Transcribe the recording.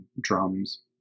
drums